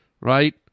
right